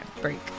Break